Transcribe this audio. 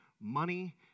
money